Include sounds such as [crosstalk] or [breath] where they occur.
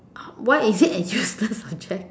why is it a useless subject [breath]